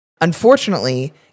unfortunately